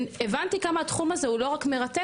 והבנתי כמה התחום הזה הוא לא רק מרתק,